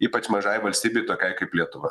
ypač mažai valstybei tokiai kaip lietuva